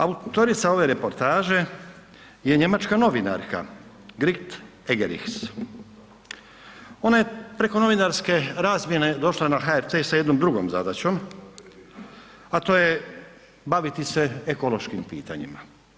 Autorica ove reportaže je njemačka novinarka Grit Eggerichs, ona je preko novinarske razmjene došla na HRT sa jednom drugom zadaćom, a to je baviti se ekološkim pitanjima.